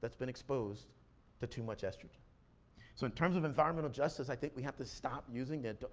that's been exposed to too much estrogen. so in terms of environmental justice, i think we have to stop using it,